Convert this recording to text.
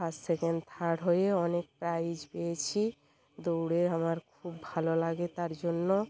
first second third হয়ে অনেক prize পেয়েছি দৌড়ে আমার খুব ভালো লাগে তার জন্য